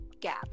gabby